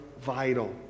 vital